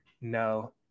No